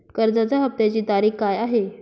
कर्जाचा हफ्त्याची तारीख काय आहे?